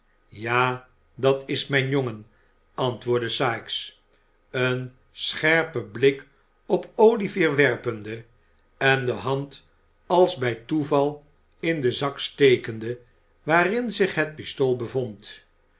ja dat is mijn jongen antwoordde sikes een scherpen blik op olivier werpende en de hand als bij toeval in den zak stekende waarin zich het pistool bevond